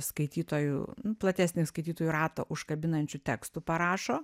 skaitytojų platesnį skaitytojų ratą užkabinančių tekstų parašo